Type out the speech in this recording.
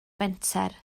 fenter